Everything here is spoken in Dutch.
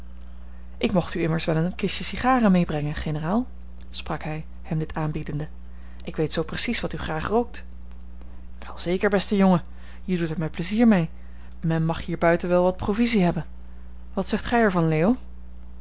ik mocht u immers wel een kistje sigaren meebrengen generaal sprak hij hem dit aanbiedende ik weet zoo precies wat u graag rookt wel zeker beste jongen je doet er mij pleizier mee men mag hier buiten wel wat provisie hebben wat zegt gij er van